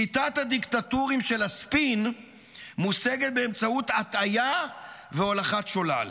שליטת הדיקטטורים של הספין מושגת באמצעות הטעיה והולכת שולל.